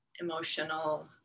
emotional